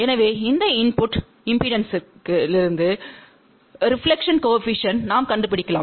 எனவே இந்த இன்புட் இம்பெடன்ஸ்லிருந்து ரெபிலெக்ஷன் கோஏபிசிஎன்ட் நாம் கண்டுபிடிக்கலாம்